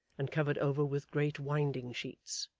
and covered over with great winding-sheets.